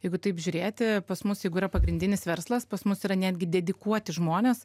jeigu taip žiūrėti pas mus jeigu yra pagrindinis verslas pas mus yra netgi dedikuoti žmonės